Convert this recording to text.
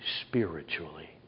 spiritually